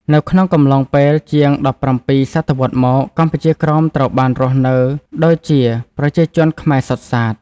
នៅក្នុងកំឡុងពេលជាង ១៧សតវត្សរ៍មក កម្ពុជាក្រោមត្រូវបានរស់នៅដូចេជាប្រជាជនខ្មែរសុទ្ធសាធ ។